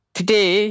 Today